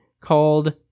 called